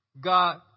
God